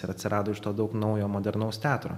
ir atsirado iš to daug naujo modernaus teatro